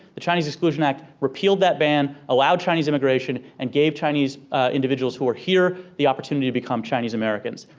the chinese exclusion act repealed that ban, allowed chinese immigration and gave chinese individuals who are here the opportunity to become chinese americans.